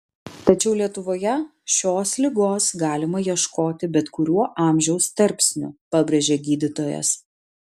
tačiau lietuvoje šios ligos galima ieškoti bet kuriuo amžiaus tarpsniu pabrėžia gydytojas